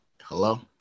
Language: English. hello